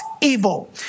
evil